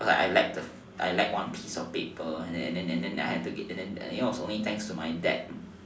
cause like I lacked the lacked one piece of paper and then then it was only thanks to my dad